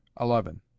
Eleven